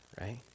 right